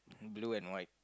in blue and white